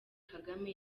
kagame